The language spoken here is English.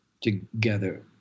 together